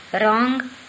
wrong